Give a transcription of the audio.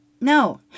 No